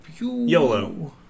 YOLO